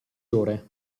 ore